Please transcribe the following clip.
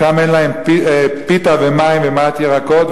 שם אין להם אלא פיתה ומים ומעט ירקות,